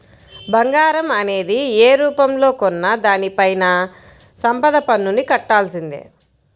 బంగారం అనేది యే రూపంలో కొన్నా దానిపైన సంపద పన్నుని కట్టాల్సిందే